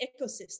ecosystem